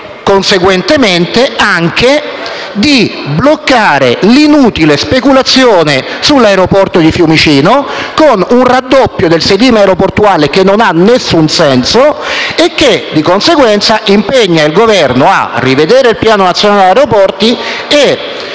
conseguentemente, bloccare l'inutile speculazione sull'aeroporto di Fiumicino, con un raddoppio del sedime aeroportuale che non ha alcun senso. L'ordine del giorno impegna, quindi, il Governo a rivedere il piano nazionale aeroporti e